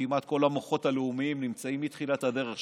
כמעט כל המוחות הלאומיים נמצאים מתחילת הדרך שם.